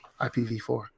IPv4